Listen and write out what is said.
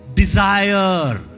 desire